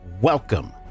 welcome